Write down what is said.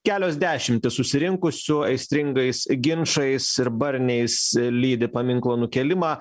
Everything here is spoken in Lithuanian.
kelios dešimtys susirinkusių aistringais ginčais ir barniais lydi paminklo nukėlimą